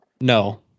No